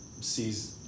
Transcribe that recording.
sees